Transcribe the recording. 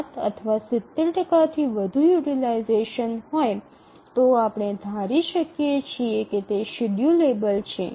૭ અથવા ૭0 થી વધુ યુટીલાઈઝેશન હોય તો આપણે ધારી શકીએ છીએ કે તે શેડ્યૂલેબલ છે